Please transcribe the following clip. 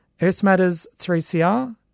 earthmatters3cr